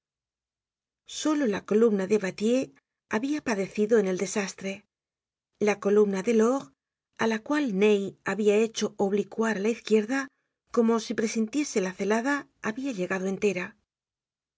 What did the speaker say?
solo la columna de wathier habia padecido en el desastre la columna delord á la cual ney habia hecho oblicuar á la izquierda como si presintiese la celada habia llegado entera